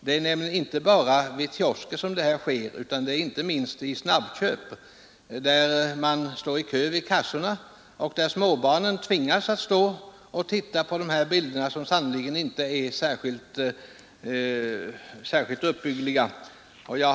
Det är nämligen inte bara vid kiosker som ifrågavarande annonsering förekommer utan den bedrivs inte minst i snabbköp, där även småbarn ofta får köa vid kassorna och där kan studera bilder som inte är särskilt uppbyggliga.